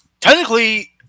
Technically